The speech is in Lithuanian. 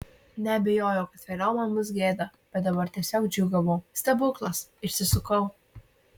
neabejojau kad vėliau man bus gėda bet dabar tiesiog džiūgavau stebuklas išsisukau